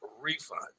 refund